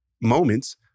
moments